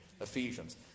Ephesians